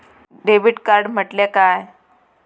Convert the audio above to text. Debit card म्हटल्या काय?